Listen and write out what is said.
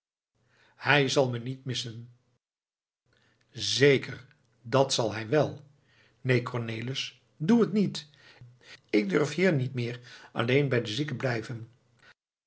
hij zal me niet missen zeker dat zal hij wel neen cornelis doe het niet ik durf hier niet meer alleen bij de zieken blijven